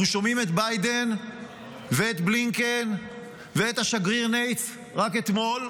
אנחנו שומעים את ביידן ואת בלינקן ואת השגריר ניידס רק אתמול.